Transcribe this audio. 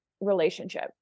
relationship